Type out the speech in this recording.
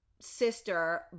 sister